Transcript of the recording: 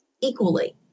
equally